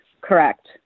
Correct